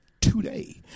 today